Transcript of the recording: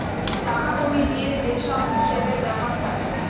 টাকা কড়ি দিয়ে যে সব হিসেবের ব্যাপার থাকে